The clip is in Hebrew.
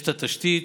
יש תשתית.